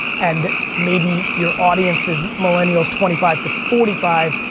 and maybe your audience is millennials twenty five to forty five,